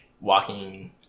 walking